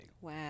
Wow